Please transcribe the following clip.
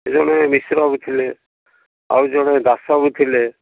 ସେ ଜଣେ ମିଶ୍ର ବାବୁ ଥିଲେ ଆଉ ଜଣେ ଦାଶ ବାବୁ ଥିଲେ